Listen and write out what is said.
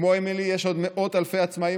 כמו אמילי יש עוד מאות אלפי עצמאים